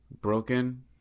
broken